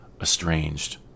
estranged